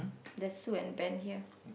that's Sue and Ben here